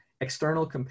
external